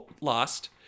Lost